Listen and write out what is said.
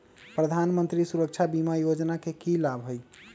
प्रधानमंत्री सुरक्षा बीमा योजना के की लाभ हई?